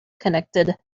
connected